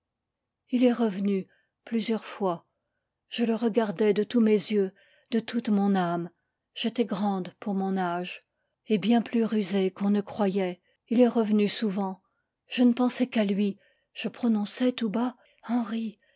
ii est revenu plusieurs fois je le regardais de tous mes yeux de toute mon ame j'étais grande pour mon âge et bien plus rusée qu'on ne croyait il est revenu souvent je ne pensais qu'à lui je prononçais tout bas